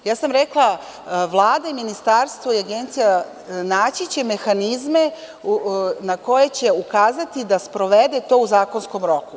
Rekla sam – Vlada, ministarstvo i Agencija će naći mehanizme na koje će ukazati da sprovede to u zakonskom roku.